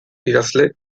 idazle